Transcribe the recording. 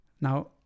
Now